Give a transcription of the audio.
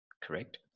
Correct